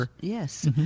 Yes